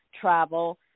travel